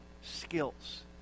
skills